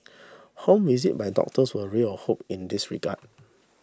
home visit by doctors were a ray of hope in this regard